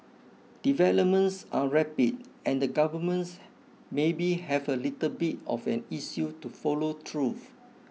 developments are rapid and the governments maybe have a little bit of an issue to follow through